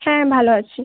হ্যাঁ ভালো আছি